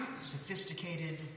sophisticated